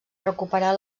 recuperar